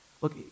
Look